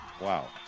Wow